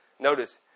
Notice